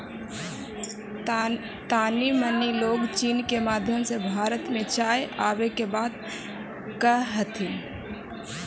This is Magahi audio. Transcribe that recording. तानी मनी लोग चीन के माध्यम से भारत में चाय आबे के बात कह हथिन